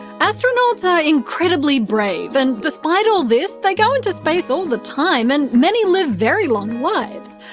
astronauts are incredibly brave and despite all this, they go into space all the time and many live very long lives.